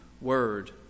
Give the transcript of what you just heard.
word